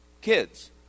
kids